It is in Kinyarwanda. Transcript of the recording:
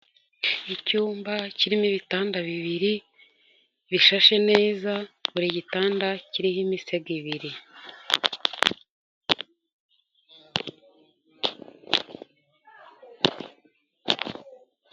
Icyumba kirimo ibitanda bibiri, bishashe neza, buri gitanda kiriho imisego ibiri.